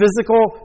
physical